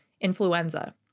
influenza